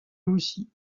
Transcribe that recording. aussi